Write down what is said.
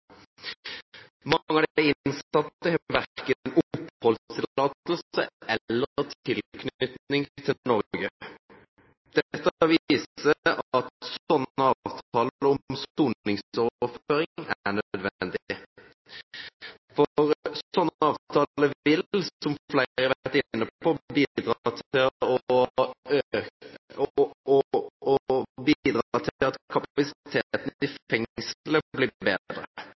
Mange av de innsatte har verken oppholdstillatelse eller tilknytning til Norge. Dette viser at slike avtaler om soningsoverføring er nødvendig. For slike avtaler vil, som flere har vært inne på, bidra til at kapasiteten i fengslene blir bedre.